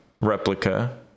replica